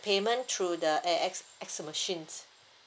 payment through the A X X machine